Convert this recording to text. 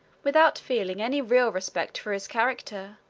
without feeling any real respect for his character,